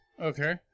Okay